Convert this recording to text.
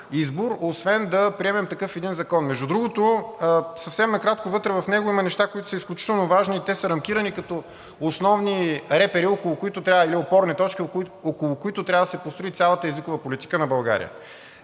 избор освен да приемем такъв един закон. Между другото, съвсем накратко, вътре в него има неща, които са изключително важни, и те са рамкирани като основни репери или опорни точки, около които трябва да се построи цялата езикова политика на България.